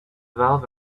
valve